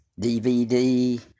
DVD